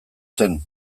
zen